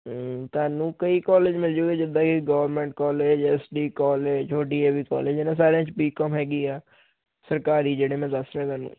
ਤੁਹਾਨੂੰ ਕਈ ਕੋਲਜ ਮਿਲਜੁਗੇ ਜਿੱਦਾਂ ਕਿ government college S D college ਹੋਰ ਡੀ ਏ ਵੀ ਕੋਲਜ ਇਹਨਾਂ ਸਾਰਿਆਂ 'ਚ ਬੀਕੌਮ ਹੈਗੀ ਆ ਸਰਕਾਰੀ ਜਿਹੜੇ ਮੈਂ ਦੱਸ ਰਿਹਾ ਤੁਹਾਨੂੰ